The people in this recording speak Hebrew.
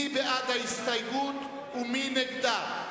מי בעד ההסתייגות ומי נגדה?